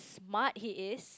smart he is